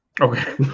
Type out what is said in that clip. Okay